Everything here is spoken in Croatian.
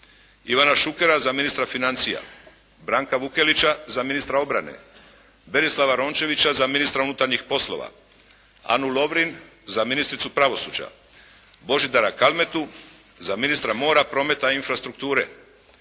Ivana Šukera za ministra financija, Branka Vukelića za ministra obrane, Berislava Rončevića za ministra unutarnjih poslova, Anu Lovrin za ministricu pravosuđa, Božidara Kalmetu za ministra mora, prometa i infrastrukture,